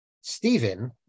Stephen